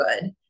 good